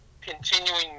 continuing